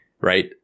right